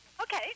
okay